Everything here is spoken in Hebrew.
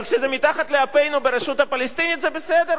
אבל כשזה מתחת לאפנו, ברשות הפלסטינית, זה בסדר.